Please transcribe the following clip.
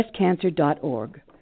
BreastCancer.org